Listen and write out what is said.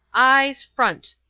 eyes front!